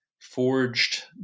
forged